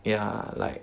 ya like